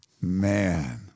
Man